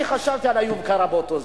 אני חשבתי על איוב קרא באותו זמן,